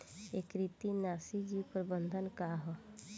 एकीकृत नाशी जीव प्रबंधन का ह?